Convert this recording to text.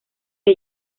que